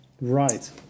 Right